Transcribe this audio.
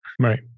Right